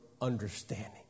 understanding